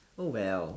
well